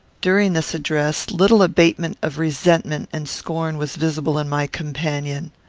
during this address, little abatement of resentment and scorn was visible in my companion.